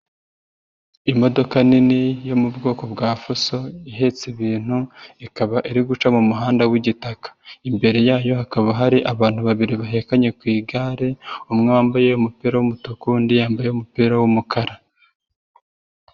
Imodoka nini yo mu bwoko bwa Fuso ihetse ibintu, ikaba iri guca mumuhanda w'igitaka. Imbere yayo hakaba hari abantu babiri bahekanye ku igare, umwe wambaye umupira w'umutuku, undi yambaye umupira w'umukara.